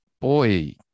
Boy